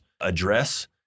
address